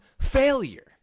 failure